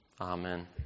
Amen